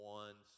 one